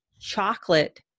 chocolate